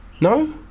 no